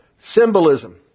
symbolism